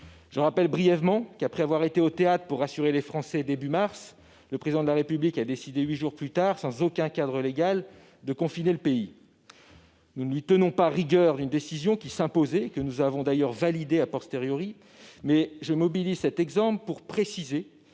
Je rappelle brièvement que, après être allé au théâtre pour rassurer les Français au début du mois de mars dernier, le Président de la République a décidé, huit jours plus tard, sans aucun cadre légal, de confiner le pays. Nous ne lui tenons pas rigueur d'une décision qui s'imposait et que nous avons d'ailleurs validée, mais je mobilise cet exemple pour préciser